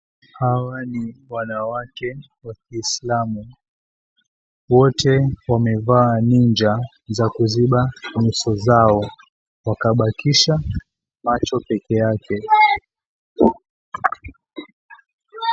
Hawa ni wanawake wa Kiislamu. Wote wamevaa ninja za kuziba nyuso zao, wakabakisha macho pekee yake.